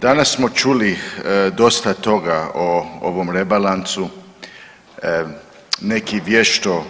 Danas smo čuli dosta toga o ovom rebalansu, neki vješto